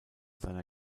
seiner